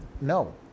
no